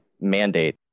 mandate